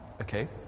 Okay